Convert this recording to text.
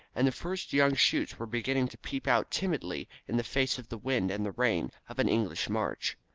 and the first young shoots were beginning to peep out timidly in the face of the wind and the rain of an english march.